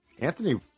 Anthony